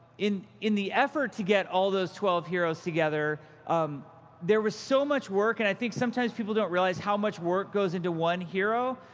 in in the effort to get all of those twelve heroes together um there was so much work, and i think sometimes people don't realize how much work goes into one hero,